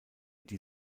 die